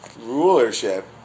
rulership